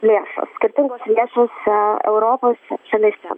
lėšos skirtingos lėšos a europos šalyse